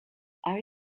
are